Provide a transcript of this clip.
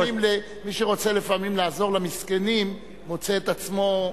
לכן מי שרוצה לפעמים לעזור למסכנים מוצא את עצמו,